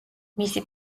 მისი